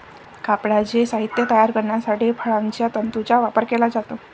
कापडाचे साहित्य तयार करण्यासाठी फळांच्या तंतूंचा वापर केला जातो